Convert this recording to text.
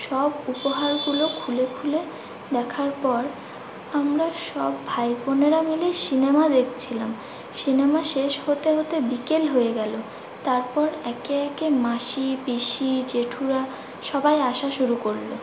সব উপহারগুলো খুলে খুলে দেখার পর আমরা সব ভাই বোনেরা মিলে সিনেমা দেখছিলাম সিনেমা শেষ হতে হতে বিকেল হয়ে গেলো তারপর একে একে মাসি পিসি জেঠুরা সবাই আসা শুরু করলো